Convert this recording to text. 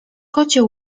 kocie